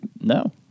No